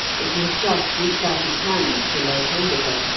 and he had just reached out his hand to lay hold of her,